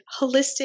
Holistic